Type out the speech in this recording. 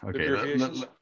Okay